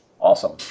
Awesome